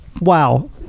Wow